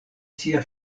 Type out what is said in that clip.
sia